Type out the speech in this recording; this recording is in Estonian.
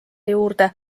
juurde